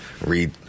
read